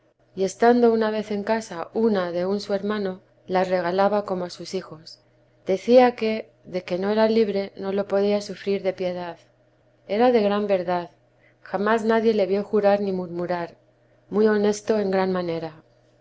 y estando una vez en casa una de un su hermano la regalaba como a sus hijos decía que de que no era libre no lo podía sufrir de piedad era de gran verdad jamás nadie le vio jurar ni murmurar muy honesto en gran manera